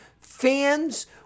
fans